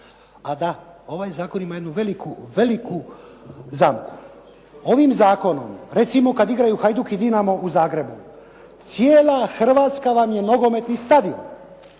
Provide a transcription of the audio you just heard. A da ovaj zakon ima jednu veliku, veliku zamku. Ovim zakonom, recimo kada igraju Hajduk i Dinamo u Zagrebu cijela Hrvatska vam je nogometni stadion.